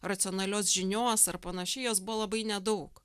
racionalios žinios ar panaši jos buvo labai nedaug